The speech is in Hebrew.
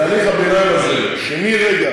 של החינוכית, בתהליך הביניים הזה, מרגע